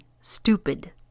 stupid